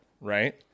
right